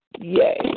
yay